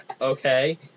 okay